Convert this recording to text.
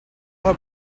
her